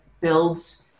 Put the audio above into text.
builds